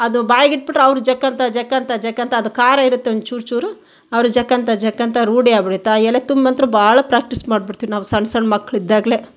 ಅದು ಬಾಯಿಗೆ ಇಟ್ಟುಬಿಟ್ಟರೆ ಅವರು ಜಗ್ಕಂತ ಜಗ್ಕಂತ ಜಗ್ಕಂತ ಅದು ಖಾರ ಇರುತ್ತೆ ಒಂಚೂರು ಚೂರು ಅವರು ಜಗ್ಕಂತ ಜಗ್ಕಂತ ರೂಢಿಯಾಗಿ ಬಿಡುತ್ತೆ ಆ ಎಲೆ ತುಂಬ್ನಂತ್ರ ಬಹಳ ಪ್ರ್ಯಾಕ್ಟೀಸ್ ಮಾಡಿ ಬಿಡ್ತೀವಿ ನಾವು ಸಣ್ಣ ಸಣ್ಣ ಮಕ್ಕಳಿದ್ದಾಗಲೇ